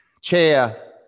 chair